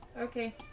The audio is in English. Okay